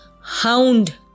hound